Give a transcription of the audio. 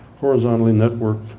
horizontally-networked